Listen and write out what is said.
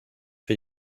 für